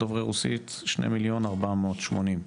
דוברי רוסית: 2.480 מיליון,